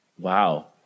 Wow